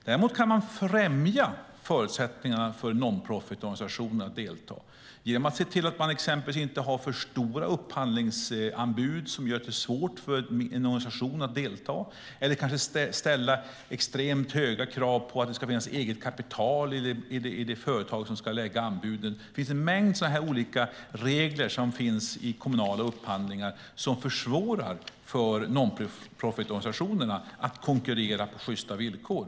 Däremot kan man främja förutsättningarna för en non-profit-organisation att delta genom att se till att till exempel inte ha ett för omfattande upphandlingsanbud som gör att det blir svårt för en organisation att delta. Man behöver inte heller ställa extremt höga krav på ett företags eget kapital i det företag som ska lämna in ett anbud. Det finns en mängd olika regler vid kommunala upphandlingar som försvårar för non-profit-organisationerna att konkurrera på sjysta villkor.